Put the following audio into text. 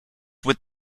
would